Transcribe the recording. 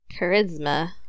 Charisma